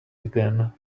again